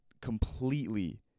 completely